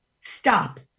stop